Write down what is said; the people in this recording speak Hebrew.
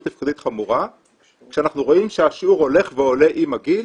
תפקודית חמורה כשאנחנו רואים שהשיעור הולך ועולה עם הגיל